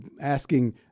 asking